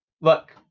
Look